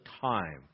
time